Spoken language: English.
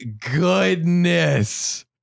goodness